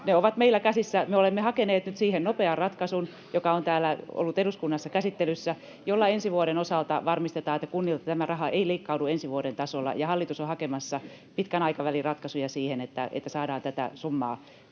ne ovat meillä käsissä. Me olemme hakeneet nyt siihen nopean ratkaisun, joka on ollut täällä eduskunnassa käsittelyssä ja jolla ensi vuoden osalta varmistetaan, että kunnilta tämä raha ei leikkaudu ensi vuoden tasolla. Ja hallitus on hakemassa pitkän aikavälin ratkaisuja siihen, että saadaan tätä summaa